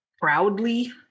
proudly